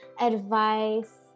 advice